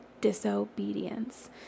disobedience